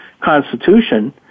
constitution